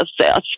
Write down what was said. assessed